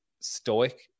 stoic